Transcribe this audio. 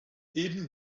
eben